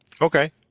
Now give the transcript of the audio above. okay